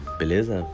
beleza